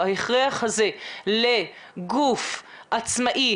ההכרח הזה לגוף עצמאי,